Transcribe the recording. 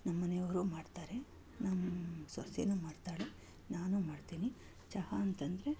ನಮ್ಮನೆಯವರು ಮಾಡ್ತಾರೆ ನಮ್ಮ ಸೊಸೆಯೂ ಮಾಡ್ತಾಳೆ ನಾನು ಮಾಡ್ತೀನಿ ಚಹಾ ಅಂತಂದರೆ